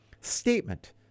Statement